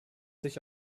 sich